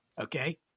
okay